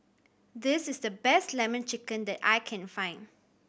this is the best Lemon Chicken that I can find